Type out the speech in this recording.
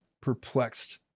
perplexed